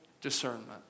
discernment